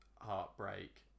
Heartbreak